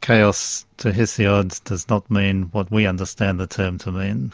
chaos to hesiod does not mean what we understand the term to mean